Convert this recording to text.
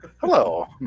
Hello